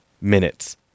minutes